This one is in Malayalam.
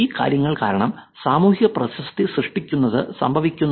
ഈ കാര്യങ്ങൾ കാരണം സാമൂഹിക പ്രശസ്തി സൃഷ്ടിക്കുന്നത് സംഭവിക്കുന്നു